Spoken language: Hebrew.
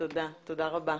תודה רבה.